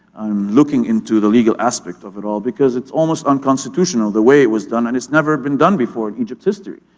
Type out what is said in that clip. i'm looking into the legal aspect of it all because it's almost unconstitutional the way it was done and it's never been done before in egypt's history.